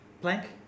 Blank